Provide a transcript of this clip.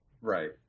Right